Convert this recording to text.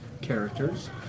characters